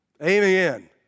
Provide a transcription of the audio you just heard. Amen